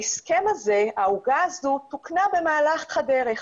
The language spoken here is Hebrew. ההסכם הזה, העוגה הזו תוקנה במהלך הדרך.